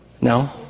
No